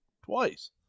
twice